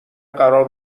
قرار